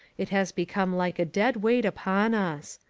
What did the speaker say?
it has become like a dead weight upon us.